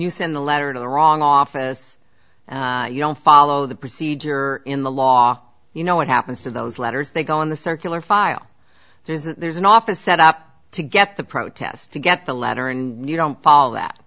you send a letter to the wrong office you don't follow the procedure in the law you know what happens to those letters they go on the circular file there's an office set up to get the protest to get the letter and you don't follow that